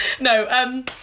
No